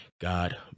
God